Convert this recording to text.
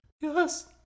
Yes